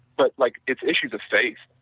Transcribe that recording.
but like it's issue that stays,